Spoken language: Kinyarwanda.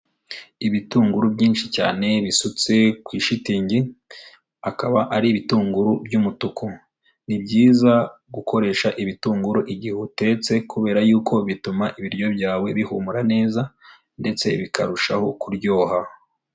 Ibitunguru byinshi cyane bisutse ku ishitingi, akaba ari ibitunguru by'umutuku. Ni byiza gukoresha ibitunguru igihe utetse kubera yuko bituma ibiryo byawe bihumura neza ndetse bikarushaho kuryoha.